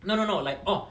no no not like oh